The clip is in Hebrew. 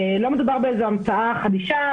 לא מדובר באיזה המצאה חדישה,